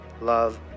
love